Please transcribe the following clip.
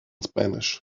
spanish